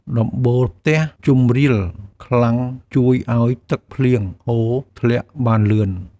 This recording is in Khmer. ដំបូលផ្ទះជម្រាលខ្លាំងជួយឱ្យទឹកភ្លៀងហូរធ្លាក់បានលឿន។